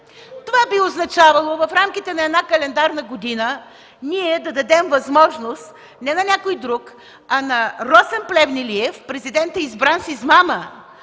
Това би означавало в рамките на една календарна година ние да дадем възможност не на някой друг, а на Росен Плевнелиев – президентът, избран с измама,